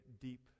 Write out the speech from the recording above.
deep